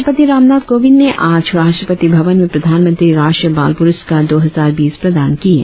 राष्ट्रपति रामनाथ कोविंद ने आज राष्ट्रपति भवन में प्रधानमंत्री राष्ट्रीय बाल प्रस्कार दो हजार बीस प्रदान किये